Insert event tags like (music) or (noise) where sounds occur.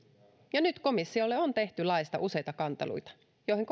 ja nyt komissiolle on tehty laeista useita kanteluita joihin (unintelligible)